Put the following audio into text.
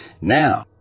Now